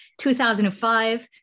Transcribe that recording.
2005